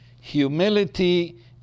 Humility